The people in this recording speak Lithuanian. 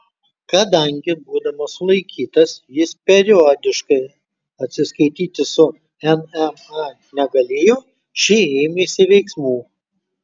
kadangi būdamas sulaikytas jis periodiškai atsiskaityti su nma negalėjo ši ėmėsi veiksmų